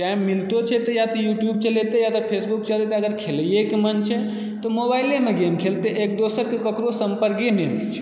time मिलतो छै तऽ या तऽ यूट्यूब चलेतय या तऽ फेसबुक चलेतय या खेलइयएके मन छै तऽ मोबाइलेमे गेम खेलेतय एक दोसरके केकरो सम्पर्क नहि होइत छै